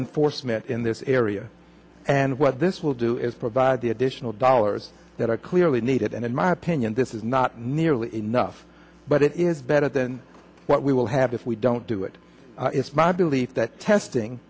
in force met in this area and what this will do is provide the additional dollars that are clearly needed and in my opinion this is not nearly enough but it is better than what we will have if we don't do it it's my belief that testing